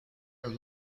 are